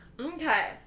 Okay